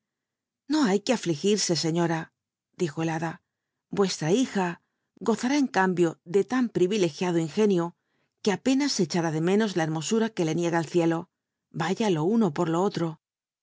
no hay quo alligiroc seiíora dijo la hada rue tra hija gozara en cambio de tan pril ilcgiado ingenio que apéna se cebara ménos la hermo ura que le niega el ciclo yaya lo uno por lo otro